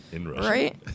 right